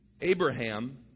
Abraham